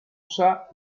chat